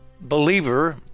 believer